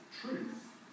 truth